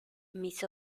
mis